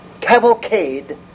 Cavalcade